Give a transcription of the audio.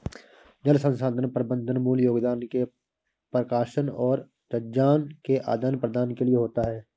जल संसाधन प्रबंधन मूल योगदान के प्रकाशन और ज्ञान के आदान प्रदान के लिए होता है